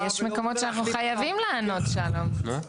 יש מקומות שבהם אנחנו חייבים לענות, שלום.